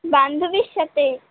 বান্ধবীর সাথে